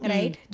Right